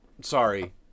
sorry